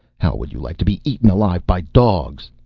how would you like to be eaten alive by dogs?